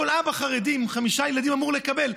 כל אבא חרדי עם חמישה ילדים אמור לקבל,